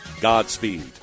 Godspeed